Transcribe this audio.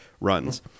runs